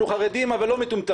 אנחנו חרדים אבל לא מטומטמים.